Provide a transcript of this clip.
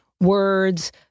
words